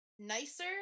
nicer